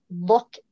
look